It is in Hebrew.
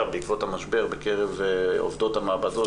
בעקבות המשבר בקרב עובדות המעבדות.